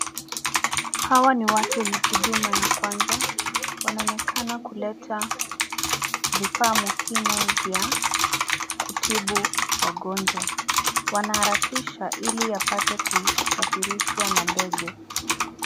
Hawa ni watu wenye huduma ya kwanza. Wanaonekana kuleta vifaa muhimu ya kutibu wagonjwa. Wanaharakisha ili yapate kusafirishwa na ndege.